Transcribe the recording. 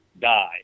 die